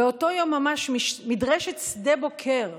באותו יום ממש מדרשת שדה בוקר,